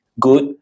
good